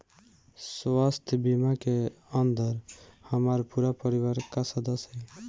स्वास्थ्य बीमा के अंदर हमार पूरा परिवार का सदस्य आई?